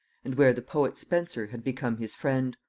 and where the poet spenser had become his friend.